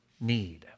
need